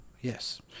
Yes